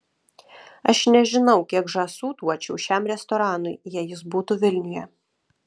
aš nežinau kiek žąsų duočiau šiam restoranui jei jis būtų vilniuje